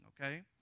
okay